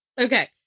Okay